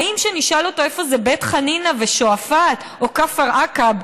האם כשנשאל אותו איפה זה בית חנינא ושועפאט או כפר עקב,